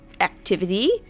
activity